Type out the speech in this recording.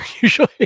usually